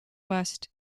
west